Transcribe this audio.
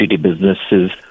businesses